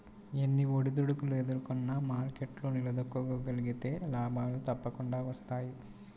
ఎన్ని ఒడిదుడుకులు ఎదుర్కొన్నా మార్కెట్లో నిలదొక్కుకోగలిగితే లాభాలు తప్పకుండా వస్తాయి